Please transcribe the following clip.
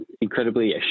incredibly